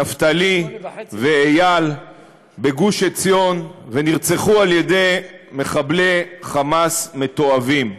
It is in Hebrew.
נפתלי ואיל בגוש עציון ונרצחו על ידי מחבלי "חמאס" מתועבים.